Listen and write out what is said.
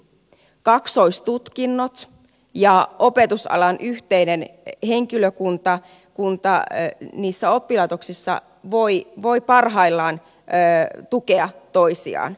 kaksoistutkinnot ja opetusalan yhteinen henkilökunta oppilaitoksissa voivat parhaillaan tukea toisiaan